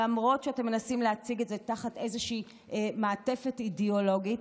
למרות שאתם מנסים להציג את זה תחת איזושהי מעטפת אידיאולוגית.